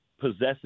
possesses